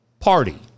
party